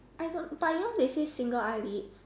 I got but you know they say single eyelid